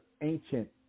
ancient